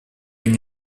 они